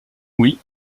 oui